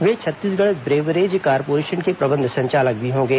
वे Chhattisgarh beverage corporation के प्रबंध संचालक भी होंगे